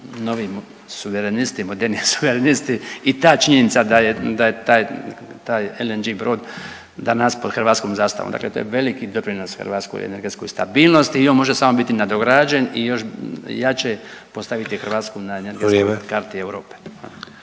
novi suverenisti, moderni suverenisti i ta činjenica da je, da je taj LNG brod danas pod hrvatskom zastavom. Dakle to je veliki doprinos hrvatskoj energetskoj stabilnosti i oni može biti samo nadograđen i još jače postaviti Hrvatsku na …/Upadica: Vrijeme./…